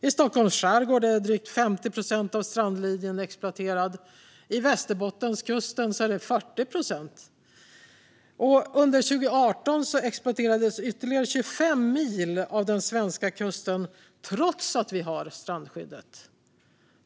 I Stockholms skärgård är drygt 50 procent av strandlinjen exploaterad, och längs Västerbottenskusten är det 40 procent. Under 2018 exploaterades ytterligare 25 mil av den svenska kusten, trots strandskyddet.